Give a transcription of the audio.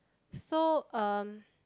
so um